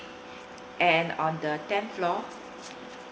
and on the ten floor